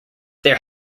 there